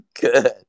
good